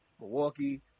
Milwaukee